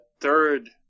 third